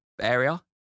area